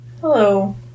Hello